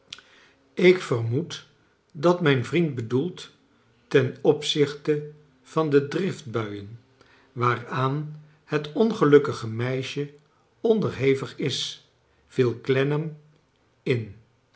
ik vermoed dat mijn vriend bedoelt ten opzichte van de driftbuien waaraan het ongelnkkige meisje onderhevig is viel clennam in